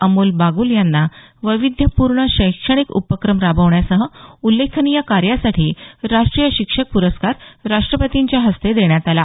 अमोल बागुल यांना वैविध्यपूर्ण शैक्षणिक उपक्रम राबवण्यासह उल्लेखनीय कार्यासाठी राष्ट्रीय शिक्षक पुरस्कार राष्ट्रपतींच्या हस्ते देण्यात आला